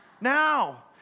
Now